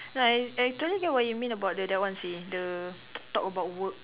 like I totally get what you mean by the that one seh the talk about work